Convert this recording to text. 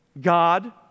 God